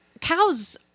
cows